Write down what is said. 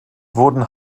wurden